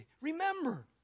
remember